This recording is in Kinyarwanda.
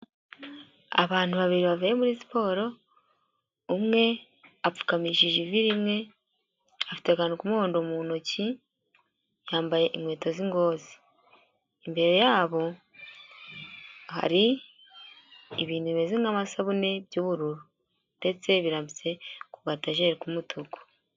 Abantu babiri bavuye muri siporo umwe apfukamishije ivi rimwe afite akantu k'umuhondo mu ntoki yambaye inkweto z'ingozi, imbere yabo hari ibintu bimeze nk'amasabune by'ubururu ndetse biramutse ku kayetajeri k'umutuku.